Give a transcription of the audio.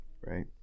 Right